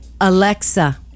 Alexa